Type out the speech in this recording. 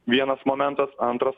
vienas momentas antras